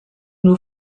nur